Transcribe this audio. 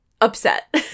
upset